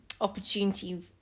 opportunity